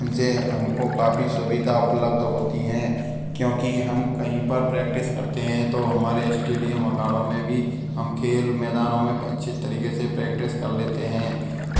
इनसे हमको काफ़ी सुविधा उपलब्ध होती हैं क्योंकि हम कहीं पर प्रैक्टिस करते हैं तो हमारे स्टेडियम अखाड़ों में भी हम खेल मैदानों में अच्छे तरीके से प्रैक्टिस कर लेते हैं